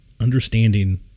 understanding